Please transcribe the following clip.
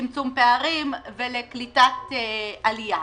לצמצום פערים ולקליטת עלייה.